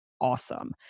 awesome